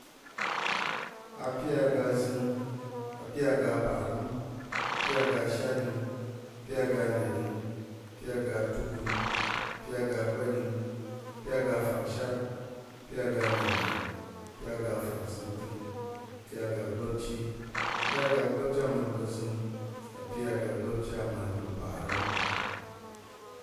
Ape aga zəng ape aga parəm ape aga shatɗing pe aga neɗing pe aga tukun pe aga kpa̱ɗing pe aga fangshat pe aga na̱nne pe aga fangzəngtəng pe aga gba̱pchi pe aga gba̱pchi ama̱n pa̱ zəng ape aga gba̱pchi ama̱n pa̱ parəm.